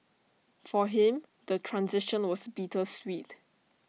for him the transition was bittersweet